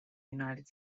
united